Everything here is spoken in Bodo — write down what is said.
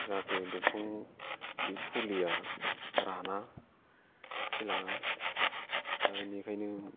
जाहाथे दंफां फुलिया राना थैलाङा दा बेनिखायनो